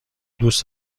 دوست